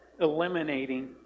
eliminating